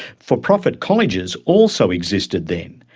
for-profit colleges also existed then,